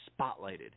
spotlighted